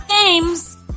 games